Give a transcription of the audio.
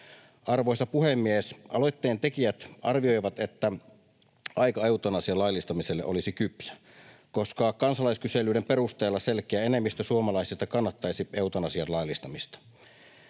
Arvoisa puhemies! Aloitteen tekijät arvioivat, että aika eutanasian laillistamiselle olisi kypsä, koska kansalaiskyselyiden perusteella selkeä enemmistö suomalaisista kannattaisi eutanasian laillistamista.